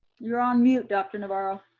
you're on mute, dr. navarro.